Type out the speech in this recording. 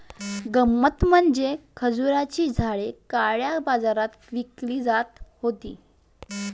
गंमत म्हणजे खजुराची झाडे काळ्या बाजारात विकली जात होती